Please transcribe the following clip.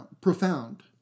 profound